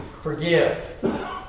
forgive